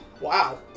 Wow